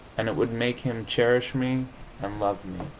and it would make him cherish me and love me.